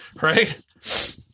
right